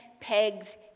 pegs